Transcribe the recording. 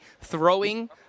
throwing